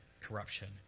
corruption